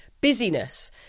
busyness